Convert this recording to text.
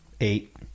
eight